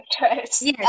Yes